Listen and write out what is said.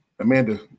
Amanda